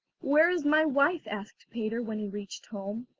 where is my wife asked peter, when he reached home.